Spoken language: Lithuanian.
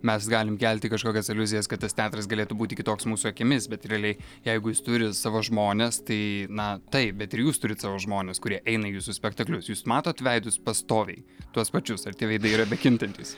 mes galim kelti kažkokias aliuzijas kad tas teatras galėtų būti kitoks mūsų akimis bet realiai jeigu jis turi savo žmones tai na taip bet ir jūs turit savo žmones kurie eina į jūsų spektaklius jūs matot veidus pastoviai tuos pačius ar tie veidai yra bekintantys